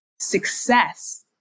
success